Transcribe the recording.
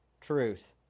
truth